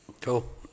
Cool